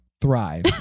thrive